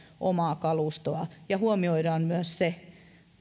omaa kalustoa ja huomioidaan myös se